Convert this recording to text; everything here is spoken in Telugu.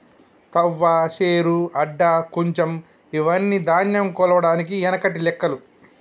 తవ్వ, శేరు, అడ్డ, కుంచం ఇవ్వని ధాన్యం కొలవడానికి ఎనకటి లెక్కలు